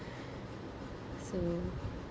so